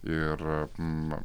ir km